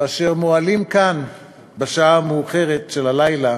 ואשר מועלים כאן בשעה המאוחרת של הלילה